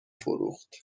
فروخت